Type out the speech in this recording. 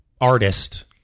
artist